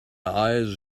eyes